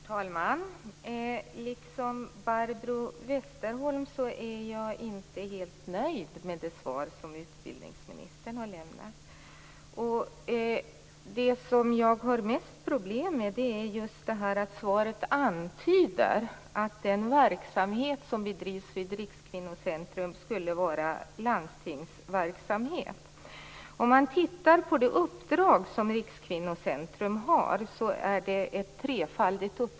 Herr talman! Liksom Barbro Westerholm är jag inte helt nöjd med det svar som utbildningsministern har lämnat. Det som jag har mest problem med är just att svaret antyder att den verksamhet som bedrivs vid Om man tittar på det uppdrag som Rikskvinnocentrum har ser man att det är trefaldigt.